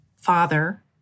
father